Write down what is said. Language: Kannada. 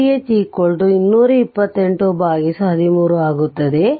Rth 22813 ಆಗುತ್ತದೆ